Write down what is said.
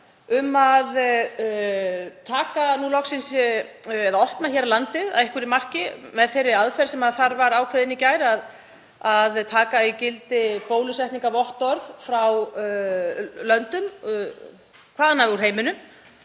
um að opna loksins landið að einhverju marki með þeirri aðferð sem þar var ákveðin í gær, að taka gild bólusetningarvottorð frá löndum hvaðanæva úr heiminum